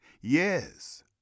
yes